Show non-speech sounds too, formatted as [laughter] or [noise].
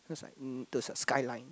feels like those like [noise] the Skyline